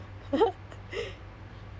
I would confront them but